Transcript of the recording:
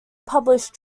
published